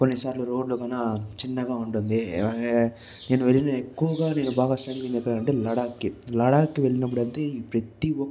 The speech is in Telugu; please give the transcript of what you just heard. కొన్నిసార్లు రోడ్లు గానా చిన్నగా ఉంటుంది నేను వెళ్ళిన ఎక్కువగా నేను బాగా వెళ్ళిన ప్రదేశం ఏమిటంటే లడఖ్కి లడఖ్కి వెళ్ళినప్పుడు అయితే ప్రతి ఒ